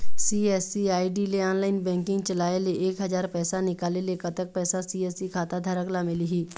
CSC ID ले online banking चलाए ले एक हजार पैसा निकाले ले कतक पैसा सी.एस.सी खाता धारक ला मिलही?